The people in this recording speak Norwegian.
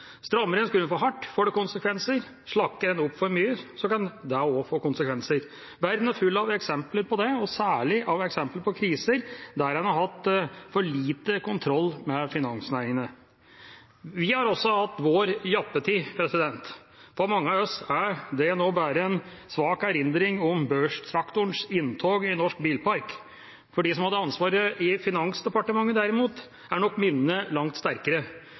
Strammer en skruen for hardt, får det konsekvenser, slakker en opp for mye, kan det også få konsekvenser. Verden er full av eksempler på det og særlig av eksempler på kriser der en har hatt for lite kontroll med finansnæringene. Vi har også hatt vår jappetid. For mange av oss er det nå bare en svak erindring om børstraktorens inntog i norsk bilpark. For dem som hadde ansvaret i Finansdepartementet, derimot, er nok minnene langt sterkere.